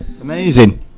Amazing